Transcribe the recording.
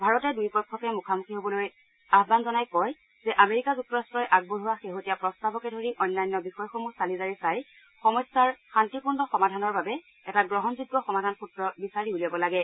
ভাৰতে দুয়োপক্ষকে মুখামুখি হ'বলৈ আহান জনাই কয় যে আমেৰিকা যুক্তৰাট্টই আগবঢ়োৱা শেহতীয়া প্ৰস্তাৱকে ধৰি অন্যান্য বিষয়সমূহ চালি জাৰি চাই সমস্যাৰ শান্তিপূৰ্ণ সমাধানৰ বাবে এটা গ্ৰহণযোগ্য সমাধানসূত্ৰ বিচাৰি উলিয়াব লাগে